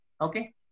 okay